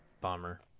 Bomber